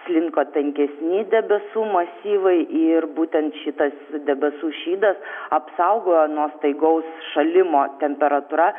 slinko tankesni debesų masyvai ir būtent šitas debesų šydas apsaugojo nuo staigaus šalimo temperatūra